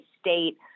state